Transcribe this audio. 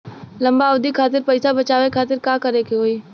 लंबा अवधि खातिर पैसा बचावे खातिर का करे के होयी?